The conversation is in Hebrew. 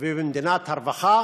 ובמדינת הרווחה.